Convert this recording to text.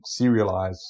serialize